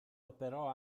operò